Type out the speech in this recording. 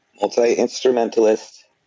multi-instrumentalist